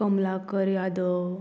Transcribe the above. Kamalakar Yadav